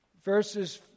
verses